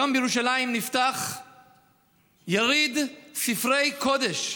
היום בירושלים נפתח יריד ספרי קודש,